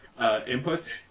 inputs